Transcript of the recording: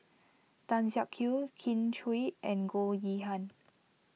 Tan Siak Kew Kin Chui and Goh Yihan